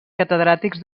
catedràtics